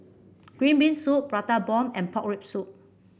Green Bean Soup Prata Bomb and Pork Rib Soup